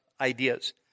ideas